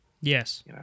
Yes